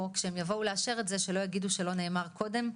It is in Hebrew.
כשהם יבואו לאשר את זה שלא יגידו שלא נאמר קודם,